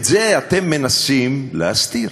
את זה אתם מנסים להסתיר.